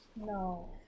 no